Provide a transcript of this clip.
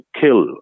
kill